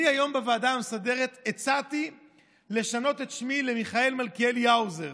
אני היום בוועדה המסדרת הצעתי לשנות את שמי למיכאל מלכיאלי האוזר.